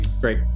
Great